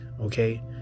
okay